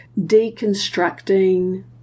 deconstructing